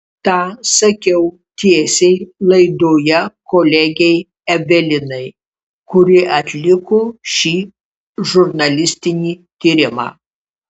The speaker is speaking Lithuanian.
tą sakiau tiesiai laidoje kolegei evelinai kuri atliko šį žurnalistinį tyrimą